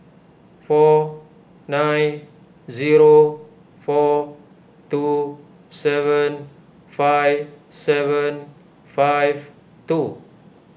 four nine zero four two seven five seven five two